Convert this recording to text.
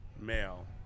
male